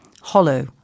hollow